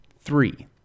Three